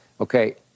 Okay